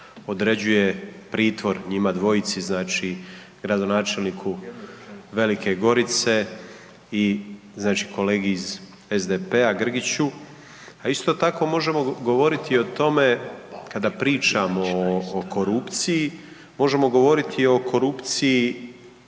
određuje pritvor njima dvojici, znači gradonačelniku Velike Gorice i znači kolegi iz SDP-a Grgiću. A isto tako možemo govoriti i o tome kada priča o korupciji, možemo govoriti o korupciji